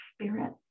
Spirit